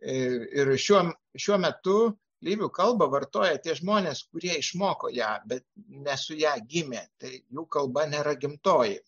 ir ir šiuo šiuo metu lyvių kalbą vartoja tie žmonės kurie išmoko ją bet ne su ja gimė tai jų kalba nėra gimtoji